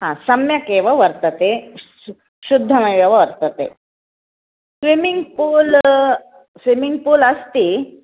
ह सम्यक् एव वर्तते शुद्धमेव वर्तते स्विमिङ्ग् पूल् स्विमिङ्ग् पूल् अस्ति